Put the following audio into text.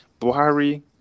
Buhari